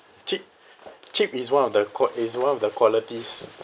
cheap cheap is one of the qua~ is one of the qualities